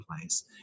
place